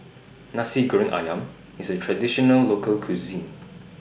Nasi Goreng Ayam IS A Traditional Local Cuisine